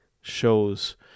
shows